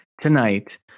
tonight